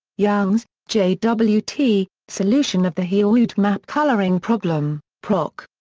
youngs, j w t, solution of the heawood map-coloring problem, proc.